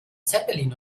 zeppelin